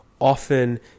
often